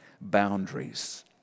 boundaries